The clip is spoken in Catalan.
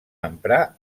emprar